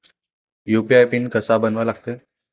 UPI pin कसा बनवा लागते?